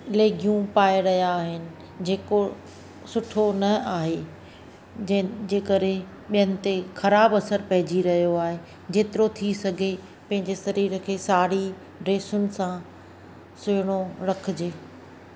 लैगियूं पाए रहिया आहिनि जेको सुठो न आहे जंहिंजे करे ॿियनि ते ख़राब असर पइजी रहियो आहे जेतिरो थी सॻे पंहिंजे शरीर खे साड़ी ड्रेसुनि सां सुहिणो रखिजे